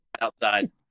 outside